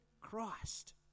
Christ